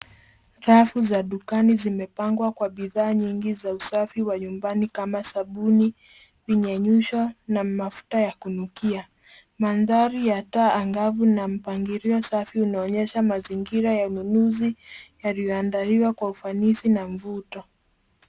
Rafu za dukani zimepengwa kwa bidhaa nyingi za usafi wa nyumbani kama sabuni, vinyenyusho na mafuta ya kunukia. Mandhari ya taa angavu na mpangilio safi unaonyesha mazingira ya ununuzi yaliyoandaliwa kwa ufanisi na mvuto.